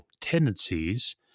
tendencies